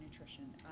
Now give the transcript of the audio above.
nutrition